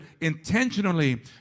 intentionally